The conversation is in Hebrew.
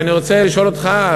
ואני רוצה לשאול אותך,